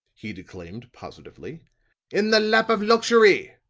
he declaimed positively in the lap of luxury.